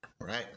Right